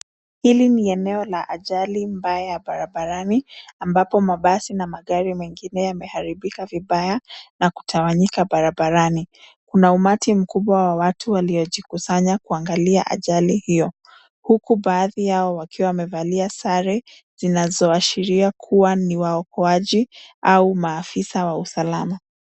Hili ni eneo la ajali mbaya barabarani, ambapo mabasi na magari mengine yameharibika vibaya na kutawanyika barabarani. Kuna umati mkubwa wa watu waliojikusanya kuangalia ajali hiyo, huku baadhi yao wakiwa wamevalia sare zinazoashiria kuwa ni waokoaji au maafisa wa usalama.